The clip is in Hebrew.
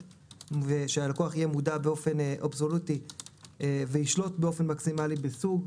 ושהלקוח יהיה מודע באופן אבסולוטי וישלוט באופן מקסימלי בסוג,